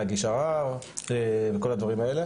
להגיש ערר וכל הדברים האלה?